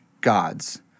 gods